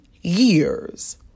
years